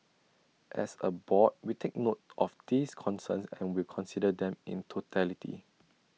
as A board we take note of these concerns and will consider them in totality